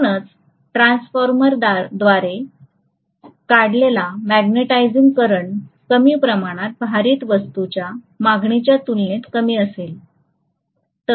म्हणूनच ट्रान्सफॉर्मरद्वारे काढलेला मॅग्नेटिझिंग करंट कमी प्रमाणात भारित वस्तूच्या मागणीच्या तुलनेत कमी असेल